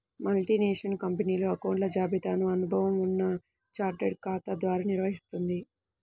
multinational కంపెనీలు అకౌంట్ల జాబితాను అనుభవం ఉన్న చార్టెడ్ ఖాతా ద్వారా నిర్వహిత్తుంది